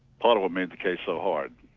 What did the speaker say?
part of what made the case so hard.